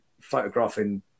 photographing